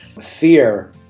fear